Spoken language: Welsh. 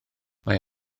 mae